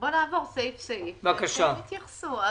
נעבור סעיף סעיף והם יתייחסו.